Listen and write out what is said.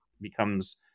becomes